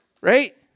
Right